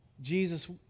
Jesus